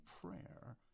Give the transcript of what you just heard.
prayer